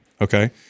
okay